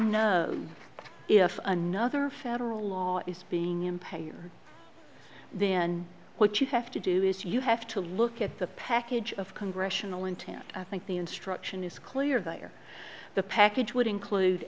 know if another federal law is being impaired then what you have to do is you have to look at the package of congressional intent i think the instruction is clear they are the package would include